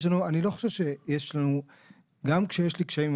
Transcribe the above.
גם כשיש לי קשיים,